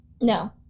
No